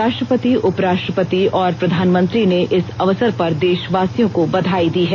राष्ट्रपति उपराष्ट्रपति और प्रधानमंत्री ने इस अवसर पर देशवासियों को बधाई दी है